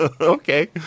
Okay